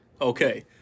okay